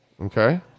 Okay